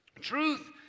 Truth